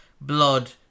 blood